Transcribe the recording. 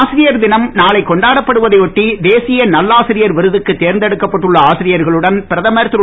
ஆசிரியர் தினம் நானை கொண்டாடப்படுவதை ஒட்டி தேசிய நல்லாசிரியர் விருதுக்கு தேர்ந்தெடுக்கப்பட்டுள்ள ஆசியர்களுடன் பிரதமர் திரு